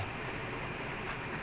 mm